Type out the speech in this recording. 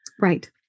Right